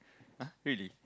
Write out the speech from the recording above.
!huh! really